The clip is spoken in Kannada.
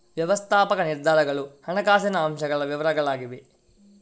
ವ್ಯವಸ್ಥಾಪಕ ನಿರ್ಧಾರಗಳ ಹಣಕಾಸಿನ ಅಂಶಗಳ ವಿವರಗಳಾಗಿವೆ